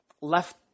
left